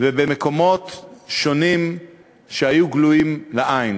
ובמקומות שונים שהיו גלויים לעין.